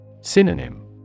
Synonym